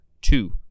two